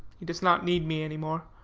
he does not need me any more.